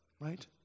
right